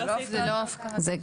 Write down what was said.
זה לא הסעיף הזה.